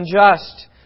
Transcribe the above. unjust